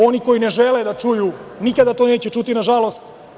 Oni koji ne žele da čuju nikada to neće čuti, nažalost.